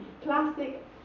Plastic